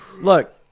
Look